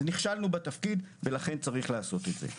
אז נכשלנו בתפקיד ולכן צריך לעשות את זה.